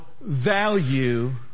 value